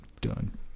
Done